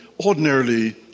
Ordinarily